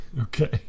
Okay